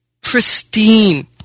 pristine